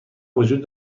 وجود